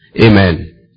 Amen